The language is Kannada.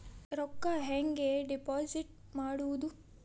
ರೊಕ್ಕ ಹೆಂಗೆ ಡಿಪಾಸಿಟ್ ಮಾಡುವುದು?